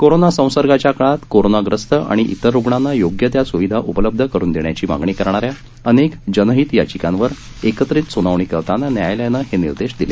corona संसर्गाच्या काळात कोरोनाग्रस्त आणि इतर रुग्णांना योग्य त्या सुविधा उपलब्ध करून देण्याची मागणी करणाऱ्या अनेक जनहित याचिकांवर एकत्रित सुनावणी करताना न्यायालयानं हे निर्देश दिले